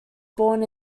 born